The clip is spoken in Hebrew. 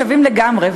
שווים לגמרי,